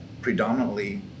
predominantly